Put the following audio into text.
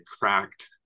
cracked